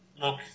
look